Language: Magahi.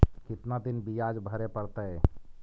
कितना दिन बियाज भरे परतैय?